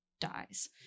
dies